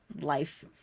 life